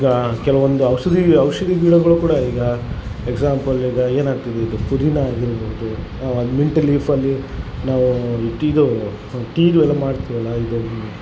ಈಗ ಕೆಲವೊಂದು ಔಷಧಿ ಔಷಧಿ ಗಿಡಗಳು ಕೂಡ ಈಗ ಎಕ್ಸಾಂಪಲ್ ಈಗ ಏನಾಗ್ತಿದೆ ಪುದಿನ ಆಗಿರ್ಬೌದು ಮೆಂಟೆ ಲೀಫಲ್ಲಿ ನಾವು ಈ ಟೀದು ಟೀದು ಎಲ್ಲ ಮಾಡ್ತಿವಲ್ಲ ಇದು